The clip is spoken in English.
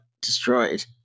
destroyed